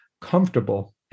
comfortable